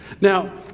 now